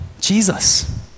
Jesus